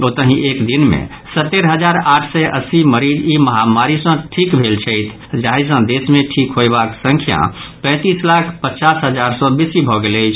ओतहि एक दिन मे सत्तरि हजार आठ सय अस्सी मरीज ई महामारी सँ ठीक भेल छथि जाहि सँ देश मे ठीक होयबाक संख्या पैंतीस लाख पचास हजार सँ बेसी भऽ गेल अछि